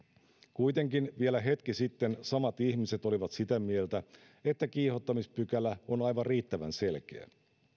kuitenkin vielä hetki sitten samat ihmiset olivat sitä mieltä että kiihottamispykälä on aivan riittävän selkeä